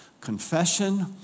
Confession